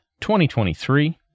2023